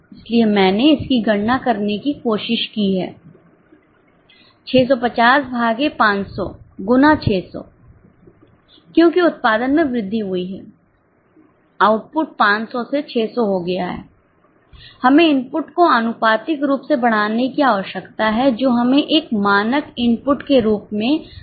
इसलिए मैंने इसकी गणना करने की कोशिश की है 650 भागे 500 गुना 600 क्योंकि उत्पादन में वृद्धि हुई है आउटपुट 500 से 600 हो गया है हमें इनपुट को आनुपातिक रूप से बढ़ाने की आवश्यकता है जो हमें एक मानक इनपुट के रूप में 780 देता है